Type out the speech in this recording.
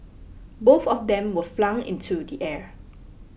both of them were flung into the air